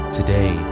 Today